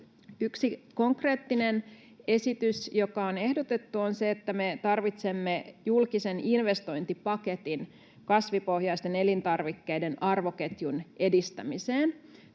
Yksi konkreettinen esitys, jota on ehdotettu, on se, että me tarvitsemme julkisen investointipaketin kasvipohjaisten elintarvikkeiden arvoketjun edistämiseen.